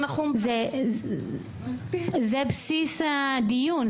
זה בסיס הדיון,